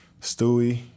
Stewie